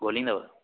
ॻोल्हींदव